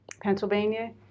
Pennsylvania